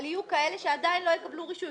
אבל יהיו כאלה שעדיין לא יקבלו רישוי,